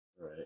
Right